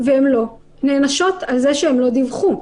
והן לא נענשות על זה שהן לא דיווחו.